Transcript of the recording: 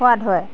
সোৱাদ হয়